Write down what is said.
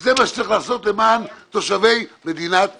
זה מה שצריך לעשות למען תושבי מדינת ישראל.